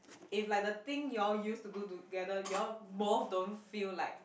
if like the thing you all use to do together you all both don't feel like